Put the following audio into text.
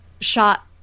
shot